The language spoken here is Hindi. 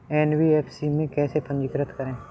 एन.बी.एफ.सी में कैसे पंजीकृत करें?